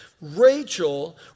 Rachel